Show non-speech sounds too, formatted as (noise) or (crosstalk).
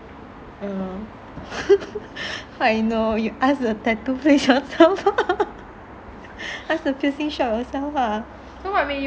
err (laughs) how I know you ask the tattoo place yourself (laughs) ask piercing shop yourself lah